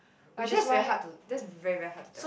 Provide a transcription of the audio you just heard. but that's very hard to that's very very hard to